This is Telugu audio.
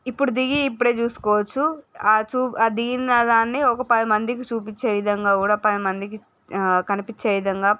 ఇప్పుడు దిగి ఇప్పుడే చూసుకోవచ్చు ఆ చూపు ఆ దిగిన దాన్ని ఒక పదిమందికి చూపించే విధంగా కూడా పదిమందికి కనిపించే విధంగా